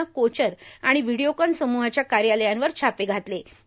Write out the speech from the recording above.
नं कोचर आणि व्हिडीओकॉन सम्हाच्या कार्यालयांवर छापे घातले होते